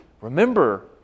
Remember